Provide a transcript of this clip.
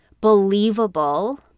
believable